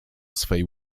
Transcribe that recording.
swej